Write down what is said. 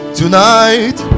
tonight